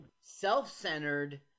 self-centered